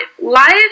Life